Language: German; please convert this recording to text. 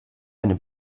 eine